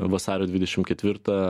vasario dvidešimt ketvirtą